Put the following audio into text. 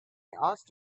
asked